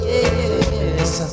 Yes